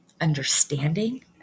understanding